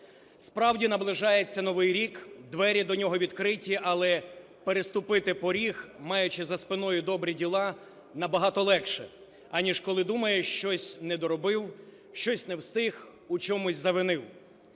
Справді, наближається Новий рік, двері до нього відкриті, але переступити поріг, маючи за спиною добрі діла, набагато легше, аніж коли думаєш: щось недоробив, щось не встиг, у чомусь завинив.